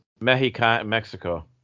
Mexico